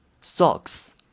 socks